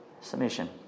submission